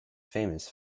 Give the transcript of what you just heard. famous